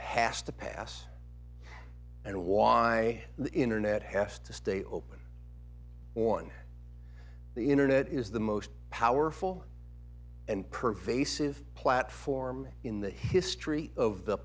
has to pass and why the internet have to stay open on the internet is the most powerful and pervasive platform in the history of the